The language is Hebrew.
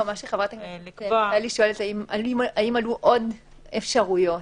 חברת הכנסת שואלת, האם עלו עוד אפשרויות,